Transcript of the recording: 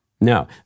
No